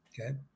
okay